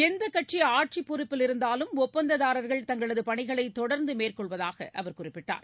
எந்தகட்சிஆட்சிப் பொறப்பில் இந்தாலும் ஒப்பந்ததாரர்கள் தங்களதுபணிகளைதொடர்ந்துமேற்கொள்வதாகஅவர் குறிப்பிட்டார்